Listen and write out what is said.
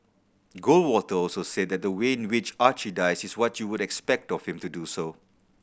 goldwater also said that the way in which Archie dies is what you would expect of him to do so